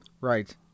Right